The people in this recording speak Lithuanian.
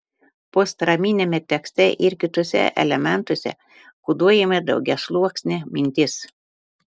postdraminiame tekste ir kituose elementuose koduojama daugiasluoksnė mintis